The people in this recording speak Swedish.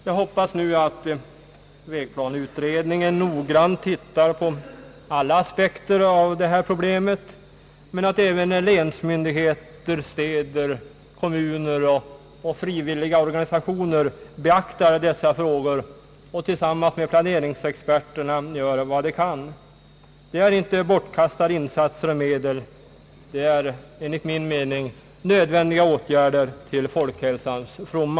Jag hoppas nu att vägplaneutredningen noggrant tittar på alla aspekter av det här problemet, men att även länsmyndigheter, städer, kommuner och frivilliga organisationer beaktar dessa frågor och tillsammans med planeringsexperterna gör vad de kan. Det är inte bortkastade insatser och medel — det är enligt min mening nödvändiga åtgärder till folkhälsans fromma.